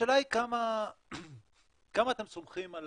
השאלה היא כמה אתם סומכים על